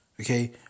Okay